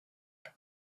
peut